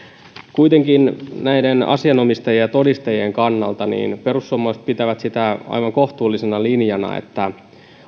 kuitenkin näiden asianomistajien ja todistajien kannalta perussuomalaiset pitävät sitä aivan kohtuullisena linjana että